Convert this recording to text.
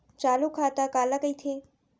चालू खाता काला कहिथे?